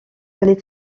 aller